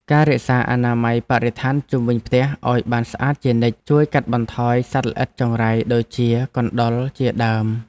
ការរក្សាអនាម័យបរិស្ថានជុំវិញផ្ទះឱ្យបានស្អាតជានិច្ចជួយកាត់បន្ថយសត្វល្អិតចង្រៃដូចជាកណ្តុរជាដើម។